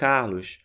Carlos